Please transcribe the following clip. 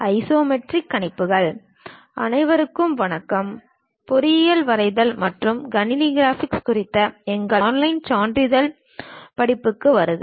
isometric கணிப்புகள் அனைவருக்கும் வணக்கம் பொறியியல் வரைதல் மற்றும் கணினி கிராபிக்ஸ் குறித்த எங்கள் ஆன்லைன் சான்றிதழ் படிப்புகளுக்கு வருக